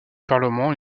parlement